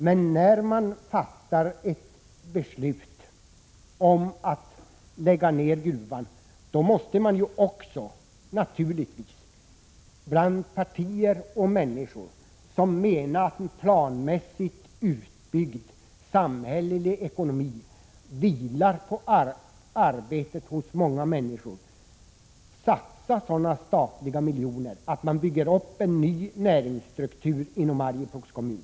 Men när man fattar ett beslut om att lägga ner verksamheten vid gruvan, måste man naturligtvis — och det gäller såväl aktiva i partierna som människor över huvud taget som menar att en planmässigt utbyggd samhällelig ekonomi vilar på många människors arbete — satsa statliga miljoner i en sådan utsträckning att en ny näringsstruktur kan byggas upp inom Arjeplogs kommun.